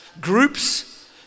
groups